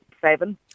seven